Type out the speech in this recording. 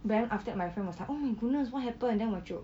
then after that my friend was like oh my goodness what happened then 我就